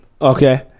Okay